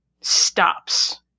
stops